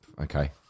okay